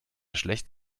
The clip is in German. schlecht